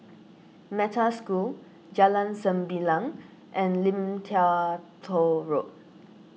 Metta School Jalan Sembilang and Lim Tua Tow Road